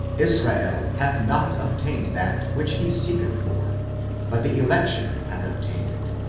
israel hath not obtained that which he seeketh for but the election hath obtained it,